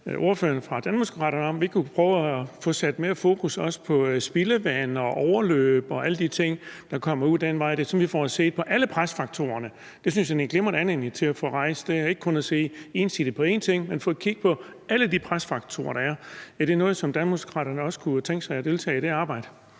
– kunne prøve at få sat mere fokus på spildevand, overløb og alle de andre ting, der kommer den vej ud, sådan at vi får set på alle presfaktorerne. Det synes jeg det er en glimrende anledning til at få rejst, ikke kun at se ensidigt på én ting, men at få kigget på alle de presfaktorer, der er. Er det et arbejde, som Danmarksdemokraterne også kunne tænke sig at deltage i?